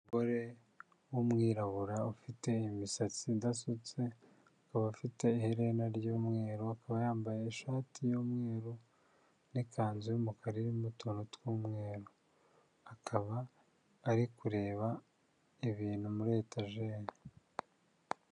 Umugore w'umwirabura, ufite imisatsi idasutse, akaba afite iherena ry'umweru, akaba yambaye ishati y'umweru, n'ikanzu y'umukara irimo utuntu tw'umweru, akaba ari kureba ibintu muri etajeri.